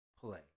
play